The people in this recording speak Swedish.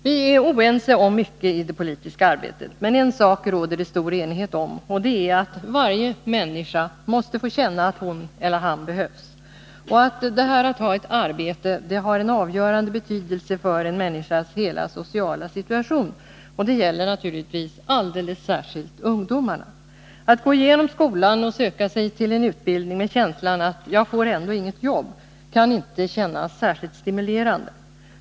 Vi är oense om mycket i det politiska arbetet, men en sak råder det stor enighet om, och det är att varje människa måste känna att hon/han behövs och att detta att ha ett arbete har en avgörande betydelse för en människas hela sociala situation. Det gäller naturligtvis alldeles särskilt för ungdomarna. Att gå igenom skolan och söka sig till en utbildning med känslan att jag får ändå inget jobb, kan inte kännas särskilt stimulerande.